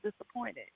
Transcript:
disappointed